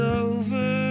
over